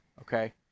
okay